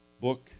book